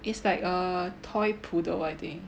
it's like a toy poodle I think